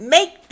Make